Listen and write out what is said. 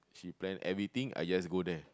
she plan everything I just go there